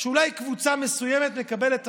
שאולי קבוצה מסוימת מקבלת תפקידים,